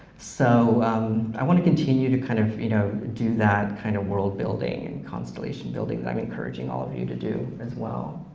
so i wanna continue to kind of you know do that kind of world building and constellation building that i'm encouraging all of you to do as well.